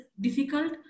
difficult